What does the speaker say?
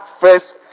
first